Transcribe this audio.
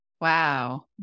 Wow